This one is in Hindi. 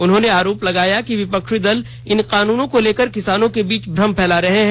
उन्होंने आरोप लगाया कि विपक्षी दल इन कानूनों को लेकर किसानों के बीच भ्रम फैला रहे हैं